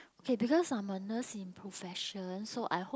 K because I'm a nurse in profession so I hope